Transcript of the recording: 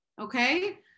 Okay